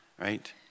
right